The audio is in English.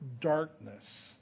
darkness